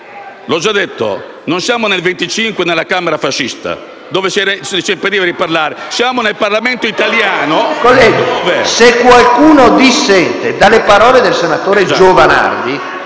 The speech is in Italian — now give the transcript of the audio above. l'ho già detto: non siamo nel 1925, nella Camera fascista, dove si impediva di parlare; siamo nel Parlamento italiano.